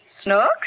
Snooks